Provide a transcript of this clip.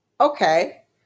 Okay